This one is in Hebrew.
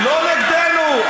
לא נגדנו.